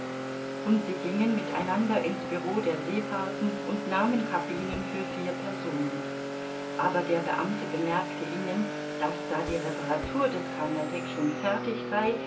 und sie gingen mit einander in's bureau der seefahrten und nahmen cabinen für vier personen aber der beamte bemerkte ihnen daß da die reparatur des carnatic schon fertig sei